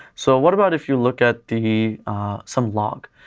so what about if you look at the sum log?